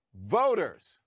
voters